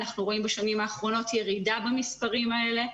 אנחנו רואים בשנים האחרונות ירידה במספרים האלה,